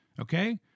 Okay